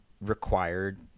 required